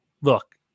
look